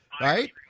right